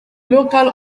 local